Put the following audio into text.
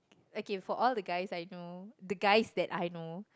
okay for all the guys I know the guys that I know